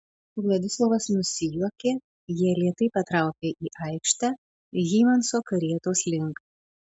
vladislovas nusijuokė jie lėtai patraukė į aikštę hymanso karietos link